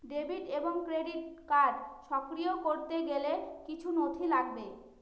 Debit এবং credit card সক্রিয় করতে গেলে কিছু নথি লাগবে?